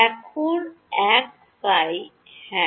এবং এক Ψ হ্যাঁ